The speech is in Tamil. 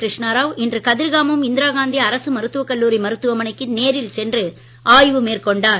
கிருஷ்ணாராவ் இன்று கதிர்காமம் இந்திரா காந்தி அரசு மருத்துவக் கல்லூரி மருத்துவமனைக்கு நேரில் சென்று ஆய்வு மேற்கொண்டார்